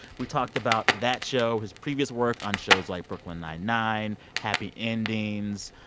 we talked about that show, his previous work on shows like brooklyn nine-nine, happy endings.